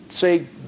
say